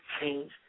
change